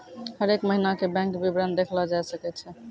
हरेक महिना के बैंक विबरण देखलो जाय सकै छै